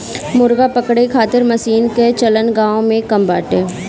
मुर्गा पकड़े खातिर मशीन कअ चलन गांव में कम बाटे